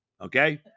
Okay